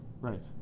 Right